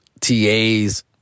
TAs